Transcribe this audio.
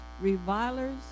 revilers